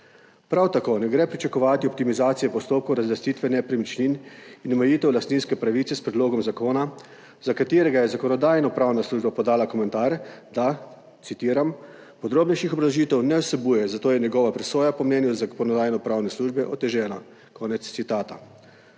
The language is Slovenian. (nadaljevanje) optimizacije postopkov razlastitve nepremičnin in omejitev lastninske pravice s predlogom zakona za katerega je Zakonodajno-pravna služba podala komentar, da, citiram: "podrobnejših obrazložitev ne vsebuje, zato je njegova presoja po mnenju Zakonodajno-pravne službe otežena." Konec citata.